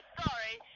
sorry